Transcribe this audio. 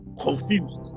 confused